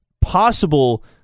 possible